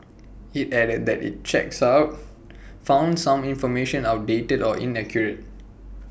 IT added that its checks out found some information outdated or inaccurate